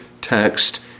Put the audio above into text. text